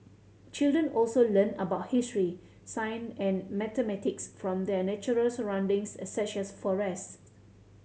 children also learn about history science and mathematics from their natural surroundings such as forests